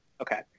okay